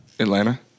Atlanta